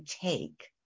take